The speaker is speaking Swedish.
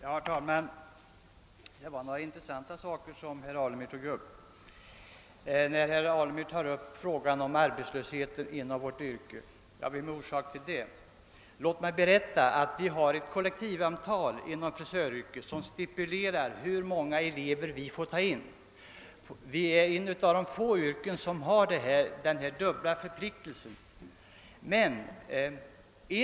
Herr talman! Det var några intressanta saker herr Alemyr berörda, bl.a. frågan om arbetslösheten inom vårt yrke. Men vad är orsaken till den? Låt mig berätta att vi inom frisöryrket har ett kollektivavtal som stipulerar hur många elever vi får ta in. Vi är en av de få yrkesgrupper som har denna dubbla förpliktelse.